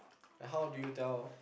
like how do you tell